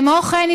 כמו כן,